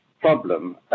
problem